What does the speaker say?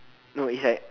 no is like